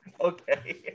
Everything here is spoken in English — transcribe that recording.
okay